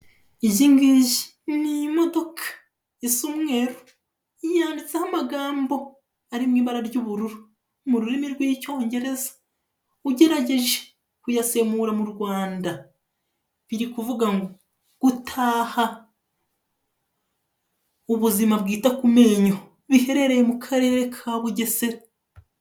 Izi ngizi ni imodoka isa umweru. Yanditseho amagambo ari mu ibara ry'ubururu mu rurimi rw'icyongereza. Ugerageje kuyasemura mu Rwanda, biri kuvuga ngo gutaha ubuzima bwita ku menyo biherereye mu karere ka Bugesera.